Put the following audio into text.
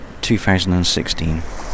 2016